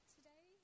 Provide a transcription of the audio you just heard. Today